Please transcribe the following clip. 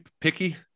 picky